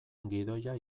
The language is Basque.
gidoia